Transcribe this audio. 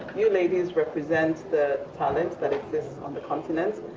you ladies represent the talent that exists on the continent.